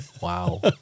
Wow